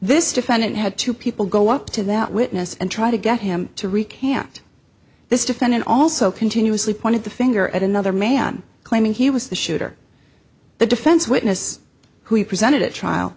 this defendant had two people go up to that witness and try to get him to recant this defendant also continuously pointed the finger at another man claiming he was the shooter the defense witness who he presented at trial